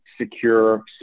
secure